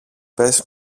πες